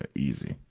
ah easy.